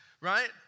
right